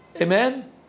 amen